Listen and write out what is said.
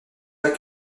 pas